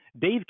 Dave